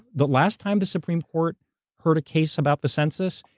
the last time the supreme court heard a case about the census,